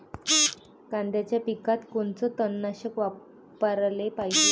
कांद्याच्या पिकात कोनचं तननाशक वापराले पायजे?